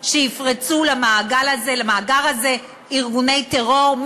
שיפרצו למאגר הזה ארגוני טרור,